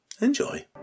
enjoy